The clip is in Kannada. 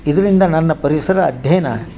ಇದರಿಂದ ನನ್ನ ಪರಿಸರ ಅಧ್ಯಯನ